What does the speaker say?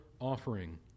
offering